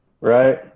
Right